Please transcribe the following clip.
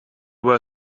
were